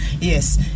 Yes